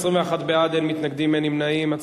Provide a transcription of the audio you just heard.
בעד, 21, נגד, אין, נמנעים, אין.